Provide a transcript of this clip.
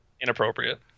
inappropriate